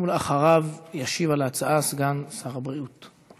ואחריו ישיב על ההצעה סגן שר הבריאות.